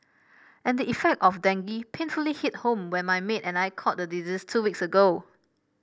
and the effects of dengue painfully hit home when my maid and I caught the disease two weeks ago